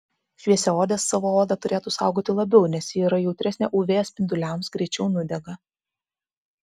šviesiaodės savo odą turėtų saugoti labiau nes ji yra jautresnė uv spinduliams greičiau nudega